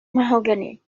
mahogany